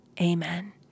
amen